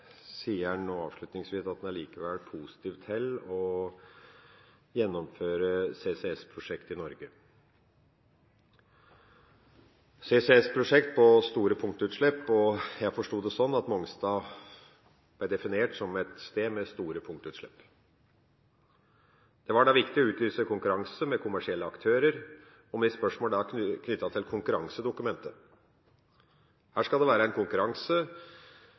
sier han avslutningsvis at han likevel er positiv til å gjennomføre CCS-prosjekter i Norge. Det er CCS-prosjekter på store punktutslipp. Jeg forsto det slik at Mongstad er definert som et sted med store punktutslipp. Det var viktig å utlyse konkurranse med kommersielle aktører, og mitt spørsmål er knyttet til konkurransedokumentet. Her skal det være en konkurranse